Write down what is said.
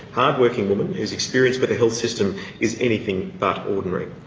hard working woman whose experience with the health system is anything but ordinary.